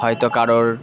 হয়তো কারোর